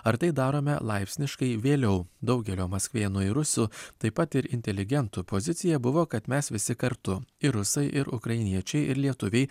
ar tai darome laipsniškai vėliau daugelio maskvėnų ir rusų taip pat ir inteligentų pozicija buvo kad mes visi kartu ir rusai ir ukrainiečiai ir lietuviai